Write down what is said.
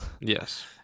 Yes